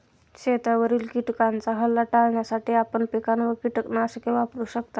शेतावरील किटकांचा हल्ला टाळण्यासाठी आपण पिकांवर कीटकनाशके वापरू शकता